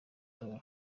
tor